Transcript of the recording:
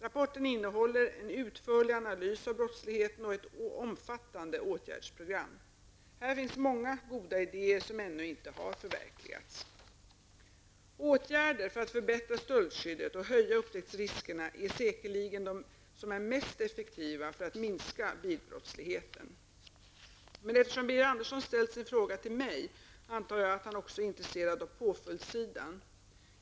Rapporten innehåller en utförlig analys av brottsligheten och ett omfattande åtgärdsprogram. Här finns många goda idéer som ännu inte har förverkligats. Åtgärder för att förbättra stöldskyddet och höja upptäcktsriskerna är säkerligen de som är mest effektiva för att minska bilbrottsligheten. Eftersom Birger Andersson ställt sin fråga till mig antar jag att han också är intresserad av påföljdssidan.